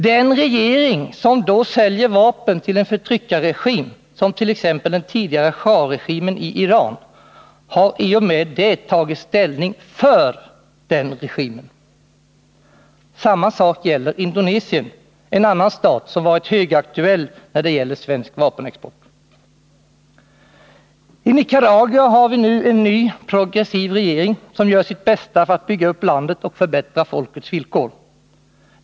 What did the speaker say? Den regering som då säljer vapen till en förtryckarregim, t.ex. den tidigare schah-regimen i Iran, har i och med det tagit ställning för den regimen. Samma sak gäller Indonesien, en annan stat som varit högaktuell när det gäller svensk vapenexport. I Nicaragua har vi nu en ny, progressiv regering, som gör sitt bästa för att bygga upp landet och förbättra folkets villkor.